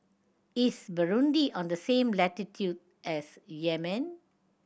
is Burundi on the same latitude as Yemen